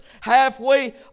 halfway